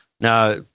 Now